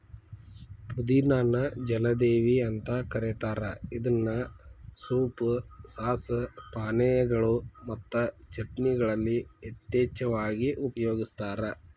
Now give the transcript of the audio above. ಪುದಿನಾ ನ ಜಲದೇವಿ ಅಂತ ಕರೇತಾರ ಇದನ್ನ ಸೂಪ್, ಸಾಸ್, ಪಾನೇಯಗಳು ಮತ್ತು ಚಟ್ನಿಗಳಲ್ಲಿ ಯಥೇಚ್ಛವಾಗಿ ಉಪಯೋಗಸ್ತಾರ